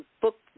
book